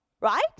right